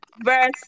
verse